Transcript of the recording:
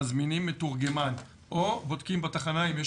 מזמינים מתורגמן או בודקים בתחנה אם יש